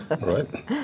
right